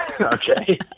Okay